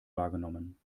wahrgenommen